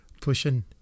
Pushing